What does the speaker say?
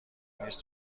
نیست